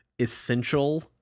Essential